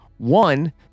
One